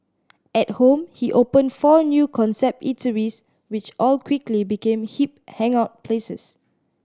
at home he opened four new concept eateries which all quickly became hip hangout places